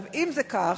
אם זה כך,